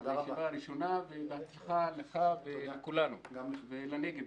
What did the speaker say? זו ישיבה ראשונה, ובהצלחה לך, לכולנו ולנגב בכלל.